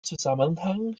zusammenhang